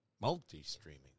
Multi-streaming